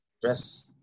Dress